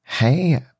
Hey